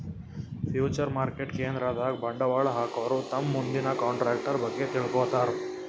future market ಕೇಂದ್ರದಾಗ್ ಬಂಡವಾಳ್ ಹಾಕೋರು ತಮ್ ಮುಂದಿನ ಕಂಟ್ರಾಕ್ಟರ್ ಬಗ್ಗೆ ತಿಳ್ಕೋತಾರ್